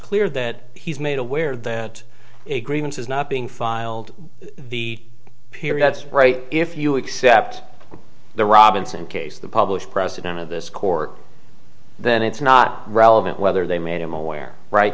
clear that he's made aware that a grievance is not being filed the periods right if you accept the robinson case the published precedent of this court then it's not relevant whether they made him aware right